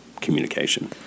communication